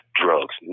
drugs